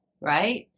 right